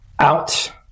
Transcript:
Out